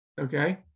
Okay